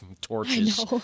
torches